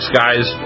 guys